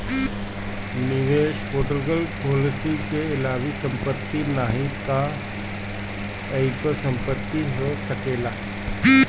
निवेश पोर्टफोलियो में एकही संपत्ति नाही तअ कईगो संपत्ति हो सकेला